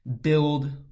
build